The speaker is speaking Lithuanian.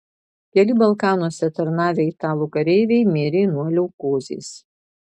keli balkanuose tarnavę italų kareiviai mirė nuo leukozės